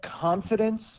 confidence